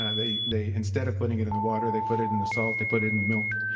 ah they they instead of putting it in the water, they put it in the salt, they put it in milk.